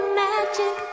magic